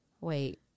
wait